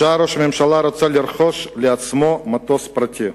בשעה שראש הממשלה רוצה לרכוש לעצמו מטוס פרטי,